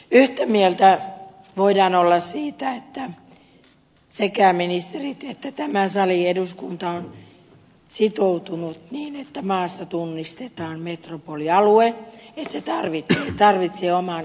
yhtä mieltä voidaan olla siitä että sekä ministerit että tämä sali eduskunta on sitoutunut niin että maassa tunnistetaan metropolialue ja että se tarvitsee oman erityiskohtelunsa